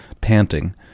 Panting